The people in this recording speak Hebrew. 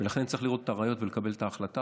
לכן צריך לראות את הראיות ולקבל החלטה.